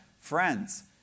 Friends